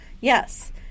Yes